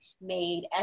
made